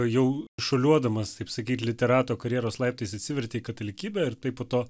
jau šuoliuodamas taip sakyt literato karjeros laiptais atsivertė į katalikybę ir taip po to